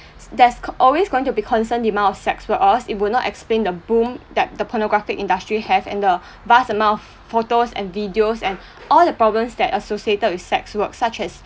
there's con~ always going to be concerned demand of sex work ask it will not explain the boom that the pornographic industry have in the vast amount of photos and videos and all the problems that associated with sex work such as